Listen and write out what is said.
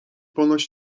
ponoć